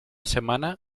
semana